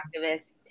activists